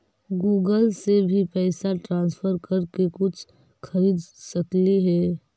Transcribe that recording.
Google से भी पैसा ट्रांसफर कर के कुछ खरिद सकलिऐ हे?